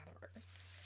Gatherers